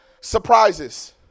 surprises